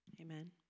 Amen